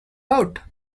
out